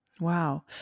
Wow